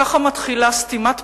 כך מתחילה סתימת פיות,